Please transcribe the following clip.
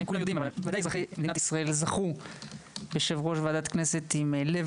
אזרחי מדינת ישראל זכו בוודאי ביושב-ראש ועדת בריאות עם לב